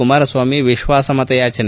ಕುಮಾರಸ್ವಾಮಿ ವಿಶ್ವಾಸಮತಯಾಚನೆ